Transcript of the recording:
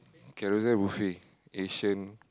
Carousel buffet Asian